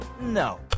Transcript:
no